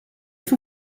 for